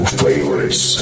favorites